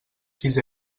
sis